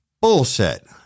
Bullshit